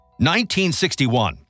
1961